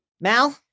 Mal